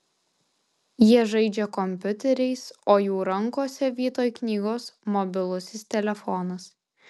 jie žaidžia kompiuteriais o jų rankose vietoj knygos mobilusis telefonas